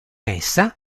essa